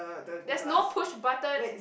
there's no push button